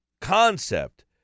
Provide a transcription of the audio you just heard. concept